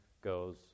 goes